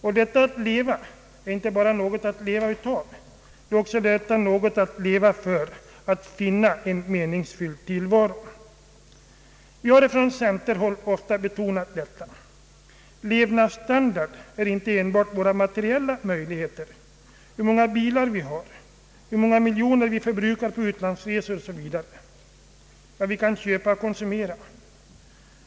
Och detta att leva innebär inte bara att man har någonting att leva av utan också någonting att leva för — det innebär att finna en meningsfylld tillvaro. Vi har från centerhåll ofta betonat detta. Levnadsstandard är inte enbart våra materiella möjligheter — hur många bilar vi har, hur många miljoner vi förbrukar på utlandsresor, vad vi kan köpa och konsumera 0. s. v.